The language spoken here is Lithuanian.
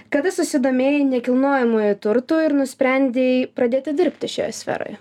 kada susidomėjai nekilnojamuoju turtu ir nusprendei pradėti dirbti šioje sferoje